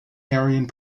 ariane